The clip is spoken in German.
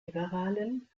liberalen